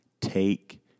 Take